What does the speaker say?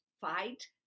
fight